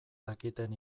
dakiten